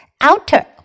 Outer